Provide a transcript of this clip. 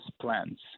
plans